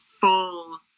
full